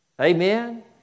Amen